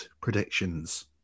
predictions